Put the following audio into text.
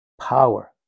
Power